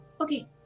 okay